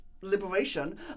Liberation